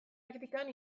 praktikan